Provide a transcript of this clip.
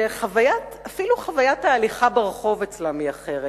שאפילו חוויית ההליכה ברחוב אצלם היא אחרת.